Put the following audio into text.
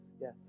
yes